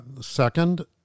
Second